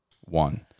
one